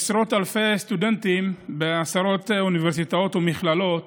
עשרות אלפי סטודנטים בעשרות אוניברסיטאות ומכללות